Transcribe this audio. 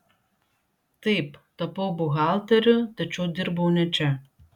taip tapau buhalteriu tačiau dirbau ne čia